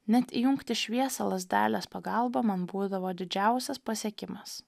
net įjungti šviesą lazdelės pagalba man būdavo didžiausias pasiekimas